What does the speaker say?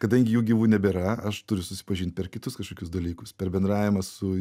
kadangi jų gyvų nebėra aš turiu susipažint per kitus kažkokius dalykus per bendravimą su